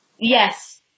Yes